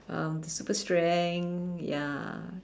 um super strength ya